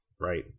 right